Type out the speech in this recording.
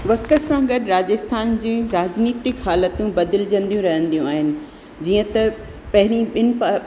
वक़्ति सां गॾु राजस्थान जी राजनितिक हालतू बदिलजंदी रहंदियूं आहिनि जीअं त पहिरीं ॿिन्हीं